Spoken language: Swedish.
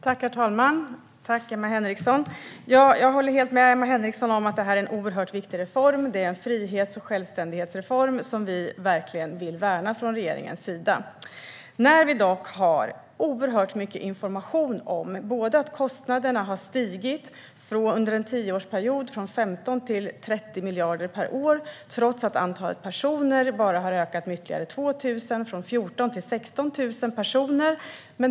Herr talman! Tack, Emma Henriksson! Jag håller helt med om att detta är en oerhört viktig reform. Det är en frihets och självständighetsreform som vi i regeringen verkligen vill värna. Vi har dock fått mycket information om att kostnaderna under en tioårsperiod har stigit från 15 till 30 miljarder per år trots att antalet personer bara har ökat med 2 000 - från 14 000 till 16 000 personer.